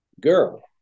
girl